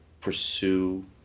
pursue